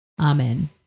Amen